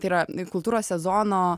tai yra lyg kultūros sezono